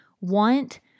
want